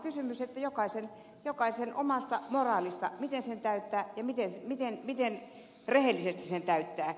kysymys on jokaisen omasta moraalista miten sen täyttää ja miten rehellisesti sen täyttää